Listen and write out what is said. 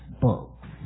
books